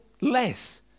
less